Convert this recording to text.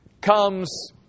comes